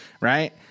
right